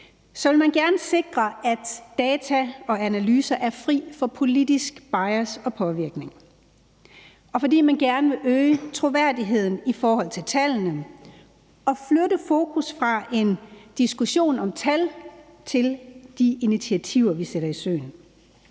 vil man gerne sikre, at data og analyser er fri for politisk bias og påvirkning, og det er, for man vil gerne øge troværdigheden i forhold til tallene og flytte fokus fra en diskussion om tal til de initiativer, vi sætter i søen.